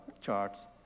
charts